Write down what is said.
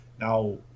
now